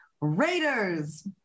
Raiders